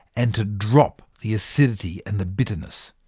and to drop the acidity and the bitterness.